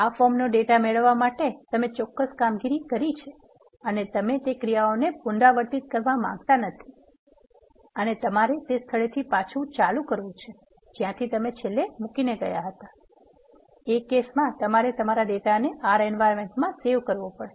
આ ફોર્મનો ડેટા મેળવવા માટે તમે ચોક્કસ કામગીરી કરી છે અને તમે તે ક્રિયાઓને પુનરાવર્તિત કરવા માંગતા નથી અને તમારે તે સ્થળેથી પાછુ ચાલુ કરવુ છે જ્યાથી તમે છેલ્લે મુકી ને ગયા હતા એ કેસ મા તમારે તમારા ડેટાને R environment માં સેવ કરવો પડશે